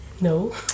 No